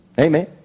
Amen